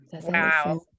Wow